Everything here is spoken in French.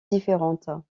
différentes